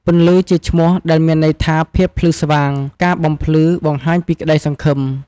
ពន្លឺជាឈ្មោះ ដែលមានន័យថាភាពភ្លឺស្វាង ការបំភ្លឺ បង្ហាញពីក្តីសង្ឃឹម។